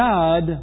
God